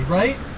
right